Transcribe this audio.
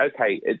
okay